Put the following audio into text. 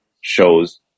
shows